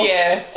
Yes